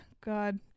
God